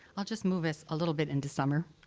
i'll just move us a little bit into summer,